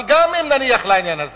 אבל גם אם נניח לעניין הזה,